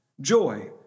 joy